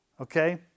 okay